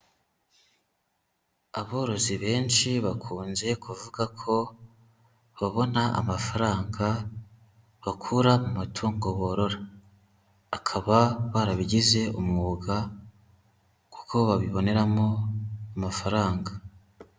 Aborozi benshi bakunze kuvuga ko babona amafaranga bakura mu matungo borora. Akaba barabigize umwuga kuko babiboneramo amafaranga.